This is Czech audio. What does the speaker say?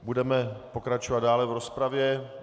Budeme pokračovat dále v rozpravě.